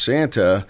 Santa